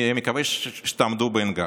אני מקווה שתעמדו באתגר.